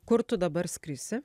kur tu dabar skrisi